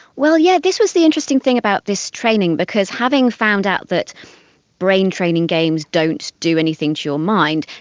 well yes, yeah this was the interesting thing about this training because having found out that brain training games don't do anything to your mind,